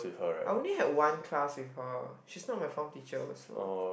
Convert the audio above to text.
I only have one class with her she's not my form teacher also